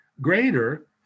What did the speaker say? greater